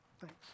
Thanks